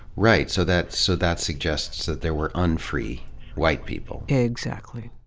right. so that so that suggests that there were unfree white people. exactly.